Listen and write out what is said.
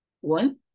one